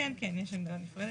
כן, יש הגדרה נפרדת.